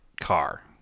car